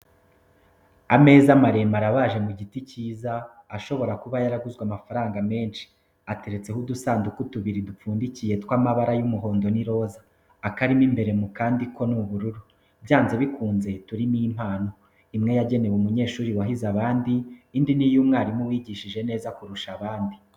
Ameza maremare abaje mu giti cyiza, ashobora kuba yaraguzwe amafaranga menshi, ateretseho udusanduku tubiri dupfundikiye tw'amabara y'umuhondo n'iroza, akarimo imbere mu kandi ko ni ubururu, byanze bikunze turimo impano, imwe yagenewe umunyeshuri wahize abandi, indi ni iy'umwarimu wigishije neza kurusha iyindi.